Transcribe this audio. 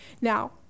Now